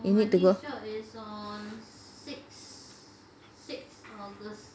you need to work